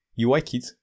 UIKit